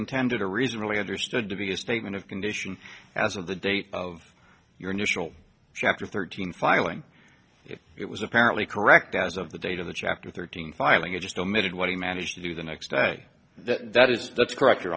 intended a reason really understood to be a statement of condition as of the date of your initial shafter thirteen filing if it was apparently correct as of the date of the chapter thirteen filing it just omitted what he managed to do the next day that is that's correct